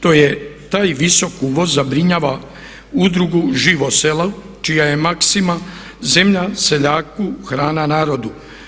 Taj visok uvoz zabrinjava Udrugu Živo selo čija je maksima zemlja seljaku, hrana narodu.